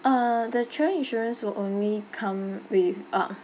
uh the travel insurance will only come with um